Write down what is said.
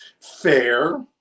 fair